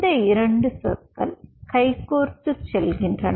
இந்த 2 சொற்கள் கைகோர்த்துச் செல்கின்றன